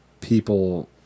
people